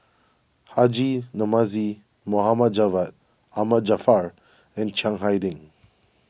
Haji Namazie Mohd Javad Ahmad Jaafar and Chiang Hai Ding